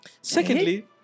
Secondly